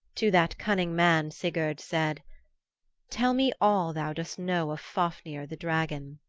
to that cunning man sigurd said tell me all thou dost know of fafnir the dragon.